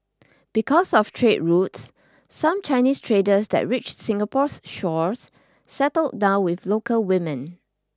because of trade routes some Chinese traders that reached Singapore's shores settled down with local women